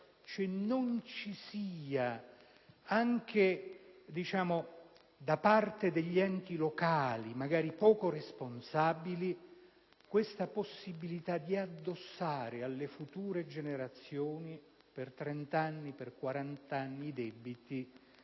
non vi sia da parte degli enti locali, magari poco responsabili, la possibilità di addossare alle future generazioni, per 30 o 40 anni, i debiti